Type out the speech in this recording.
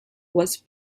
was